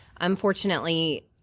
Unfortunately